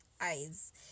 eyes